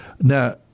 Now